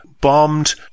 bombed